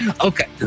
Okay